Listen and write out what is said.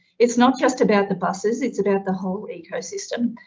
it's not just about the buses, it's about the whole ecosystem.